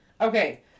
Okay